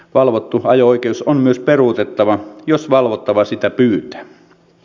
valvottu ajo oikeus on myös peruutettava jos valvottava sitä pyytää